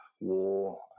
war